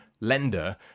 lender